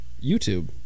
YouTube